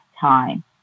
time